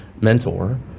mentor